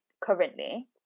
currently